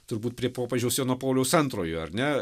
turbūt prie popiežiaus jono pauliaus antrojo ar ne